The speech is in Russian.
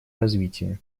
развитие